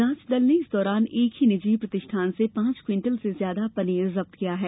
जांच दल ने इस दौरान एक ही निजी प्रतिष्ठान से पांच क्विंवटल से ज्यादा पनीर जब्त किया है